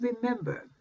remember